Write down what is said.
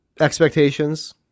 expectations